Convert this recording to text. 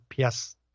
PS